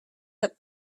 that